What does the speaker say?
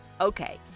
Okay